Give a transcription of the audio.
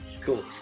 Cool